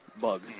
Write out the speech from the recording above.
bug